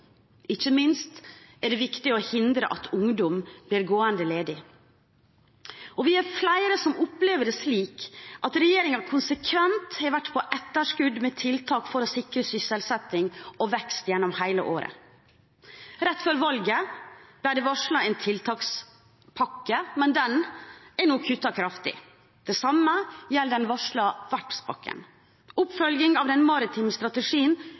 Ikke minst er det viktig å hindre at ungdom blir gående ledig. Vi er flere som opplever det slik at regjeringen konsekvent har vært på etterskudd med tiltak for å sikre sysselsetting og vekst gjennom hele året. Rett før valget ble det varslet en tiltakspakke, men den er nå kuttet kraftig. Det samme gjelder den varslede verftspakken. Oppfølging av den maritime strategien